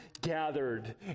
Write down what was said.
gathered